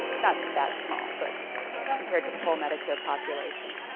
it's not that small but compared to the whole medicare population.